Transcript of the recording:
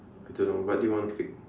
I don't know what do you want to pick